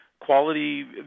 quality